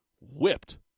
whipped